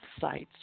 sites